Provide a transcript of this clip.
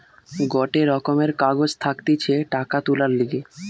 গটে রকমের কাগজ থাকতিছে টাকা তুলার লিগে